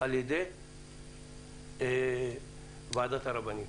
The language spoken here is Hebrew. על-ידי ועדת הרבנים.